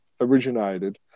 originated